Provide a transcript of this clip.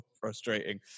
frustrating